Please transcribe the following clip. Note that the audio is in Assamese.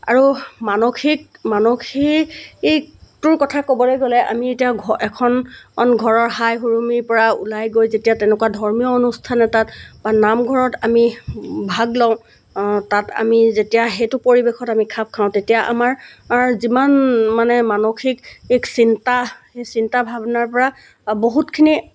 আৰু মানসিক মানসিকটোৰ কথা ক'বলৈ গ'লে আমি এতিয়া ঘৰ এখন ঘৰৰ হাই হুৰুমিৰপৰা ওলাই গৈ যেতিয়া তেনেকুৱা ধৰ্মীয় অনুষ্ঠান এটাত বা নামঘৰত আমি ভাগ লওঁ তাত আমি যেতিয়া সেইটো পৰিৱেশত আমি খাপ খাওঁ তেতিয়া আমাৰ যিমান মানে মানসিক চিন্তা চিন্তা ভাৱনাৰপৰা বহুতখিনি